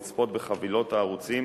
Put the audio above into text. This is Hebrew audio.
לצפות בחבילות הערוצים